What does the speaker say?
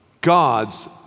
God's